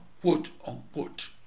quote-unquote